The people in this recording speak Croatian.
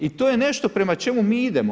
I to je nešto prema čemu mi idemo.